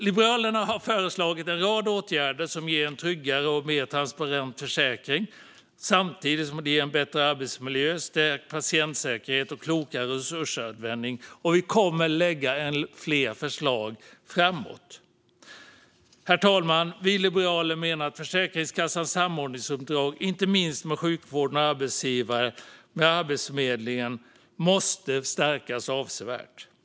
Liberalerna har föreslagit en rad åtgärder som ger en tryggare och mer transparent försäkring samtidigt som det ger en bättre arbetsmiljö, stärkt patientsäkerhet och klokare resursanvändning. Vi kommer att lägga fram fler förslag längre fram. Herr talman! Vi liberaler menar att Försäkringskassans samordningsuppdrag, inte minst med sjukvården, arbetsgivare och Arbetsförmedlingen, måste stärkas avsevärt.